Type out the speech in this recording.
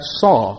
saw